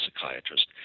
psychiatrist